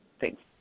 Thanks